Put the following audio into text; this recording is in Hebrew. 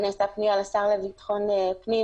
נעשתה פנייה לשר לביטחון פנים,